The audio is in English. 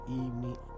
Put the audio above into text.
evening